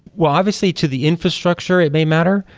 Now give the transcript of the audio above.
well, obviously to the infrastructure it may matter,